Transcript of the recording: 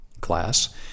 class